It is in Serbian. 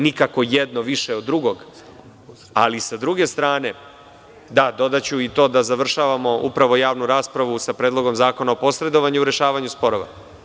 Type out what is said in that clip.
Nikako jedno više od drugog, ali sa druge strane ću dodati i to da završavamo javnu raspravu sa Predlogom zakona o posredovanju u rešavanju sporova.